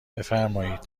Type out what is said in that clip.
بفرمایید